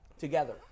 Together